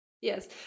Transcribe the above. Yes